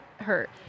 hurt